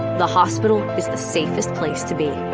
the hospital is the safest place to be.